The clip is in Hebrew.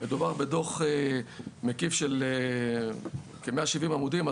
מדובר בדוח מקיף של כ-170 עמודים.